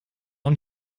und